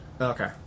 Okay